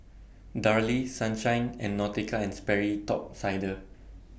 Darlie Sunshine and Nautica and Sperry Top Sider